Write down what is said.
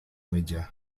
meja